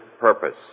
purpose